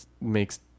makes